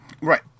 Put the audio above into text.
Right